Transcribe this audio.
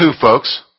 folks